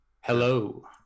Hello